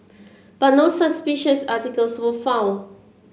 but no suspicious articles were found